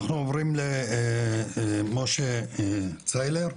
אנחנו עוברים למשה צייזלר,